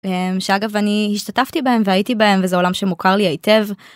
הממ שאגב אני השתתפתי בהם והייתי בהם וזה עולם שמוכר לי היטב.